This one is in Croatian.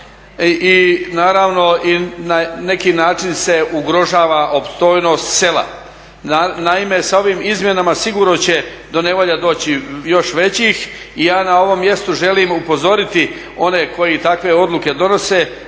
i naravno i na neki način se ugrožava opstojnost sela. Naime, sa ovim izmjenama sigurno će do nevolja doći još većih i ja na ovom mjestu želim upozoriti one koji takve odluke donose